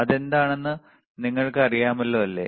അതെന്താണെന്ന് നിങ്ങൾക്ക് അറിയാമല്ലോ അല്ലേ